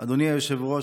אדוני היושב-ראש,